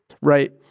right